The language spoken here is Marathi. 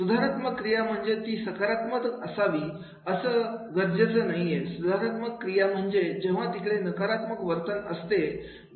सुधारात्मक क्रिया म्हणजे ती सकारात्मकच असावी असं गरजच नाहीये सुधारात्मक क्रिया पाहिजे जेव्हा तिकडे नकारात्मक वर्तन असते